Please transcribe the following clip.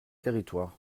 territoires